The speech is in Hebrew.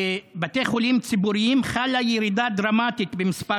בבתי חולים ציבוריים חלה ירידה דרמטית במספר